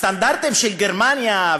הסטנדרטים של גרמניה,